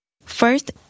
First